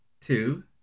two